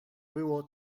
było